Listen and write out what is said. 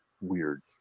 weird